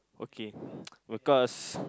okay because